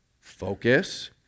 focus